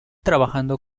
trabajando